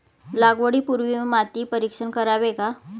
लागवडी पूर्वी माती परीक्षण करावे का?